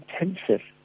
intensive